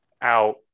out